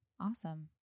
Awesome